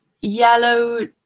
Yellow